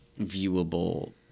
viewable